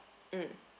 mm